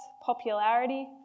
popularity